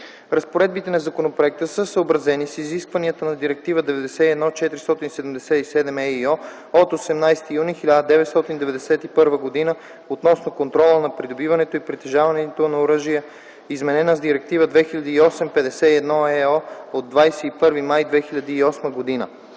Разпоредбите на законопроекта са съобразени с изискванията на Директива 91/477/ЕИО от 18 юни 1991 г. относно контрола на придобиването и притежаването на оръжие, изменена с Директива 2008/51/ЕО от 21 май 2008 г.,